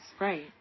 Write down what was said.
Right